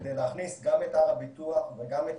כדי להכניס גם את הר הביטוח וגם את